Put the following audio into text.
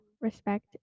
respect